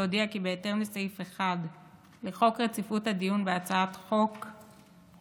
בהתאם לסעיף 1 לחוק רציפות הדיון בהצעות חוק,